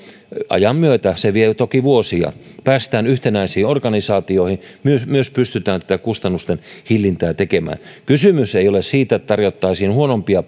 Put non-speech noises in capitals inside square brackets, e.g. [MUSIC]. ajan myötä se vie toki vuosia päästään yhtenäisiin organisaatioihin myös myös pystytään tätä kustannusten hillintää tekemään kysymys ei ole siitä että tarjottaisiin huonompia [UNINTELLIGIBLE]